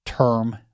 Term